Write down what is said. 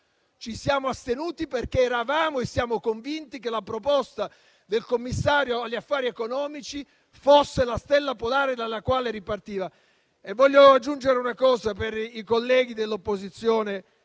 ci siamo astenuti, perché eravamo e siamo convinti che la proposta del Commissario agli affari economici fosse la stella polare dalla quale ripartire. Voglio aggiungere una cosa per i colleghi dell'opposizione